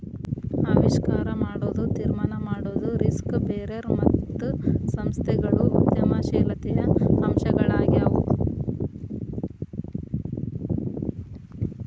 ಆವಿಷ್ಕಾರ ಮಾಡೊದು, ತೀರ್ಮಾನ ಮಾಡೊದು, ರಿಸ್ಕ್ ಬೇರರ್ ಮತ್ತು ಸಂಸ್ಥೆಗಳು ಉದ್ಯಮಶೇಲತೆಯ ಅಂಶಗಳಾಗ್ಯಾವು